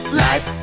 life